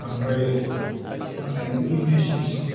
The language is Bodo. बांद्राय मा होनो बेखौ इमपेसेन्स